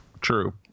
True